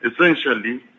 Essentially